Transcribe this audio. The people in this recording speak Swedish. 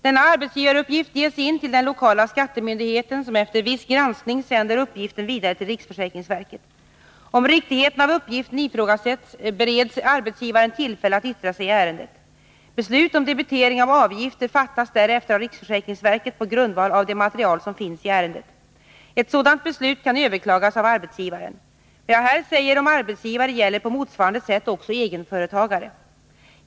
Denna arbetsgivaruppgift ges in till den lokala skattemyndigheten, som efter viss granskning sänder uppgiften vidare till riksförsäkringsverket. Om riktigheten av uppgiften ifrågasätts, bereds arbetsgivaren tillfälle att yttra sig i ärendet. Beslut om debitering av avgifter fattas därefter av riksförsäkringsverket på grundval av det material som finns i ärendet. Ett sådant beslut kan överklagas av arbetsgivaren. Vad jag här säger om arbetsgivare gäller på motsvarande sätt också egenföretagare.